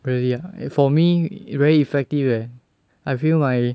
really ah for me very effective eh I feel my